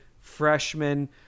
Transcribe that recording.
freshman